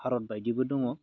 भारतबायदिबो दङ